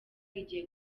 igiye